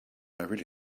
really